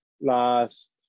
last